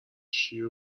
شیر